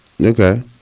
Okay